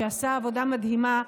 שעשה עבודה מדהימה,